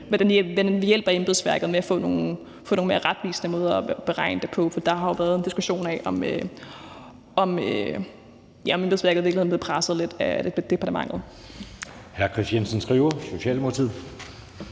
hvordan vi hjælper embedsværket med at få nogle mere retvisende måder at beregne det på, for der har jo været en diskussion af, om embedsværket i virkeligheden er blevet presset lidt af departementet.